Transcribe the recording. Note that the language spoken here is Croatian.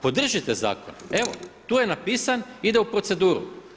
Podržite zakon, evo tu je napisan, ide u proceduru.